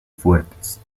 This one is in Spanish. fuertes